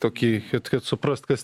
tokį kad suprast kas